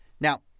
Now